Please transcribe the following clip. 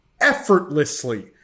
effortlessly